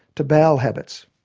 to bowel habits.